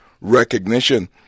recognition